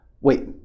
Wait